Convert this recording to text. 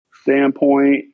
standpoint